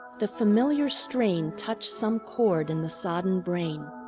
the familiar strain touched some chord in the sodden brain.